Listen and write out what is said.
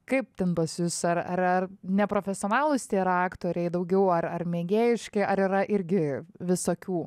kaip ten pas jus ar ar ar neprofesionalūs tie yra aktoriai daugiau ar ar mėgėjiški ar yra irgi visokių